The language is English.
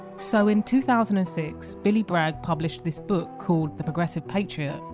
so in two thousand and six billy bragg published this book called the progressive patriot,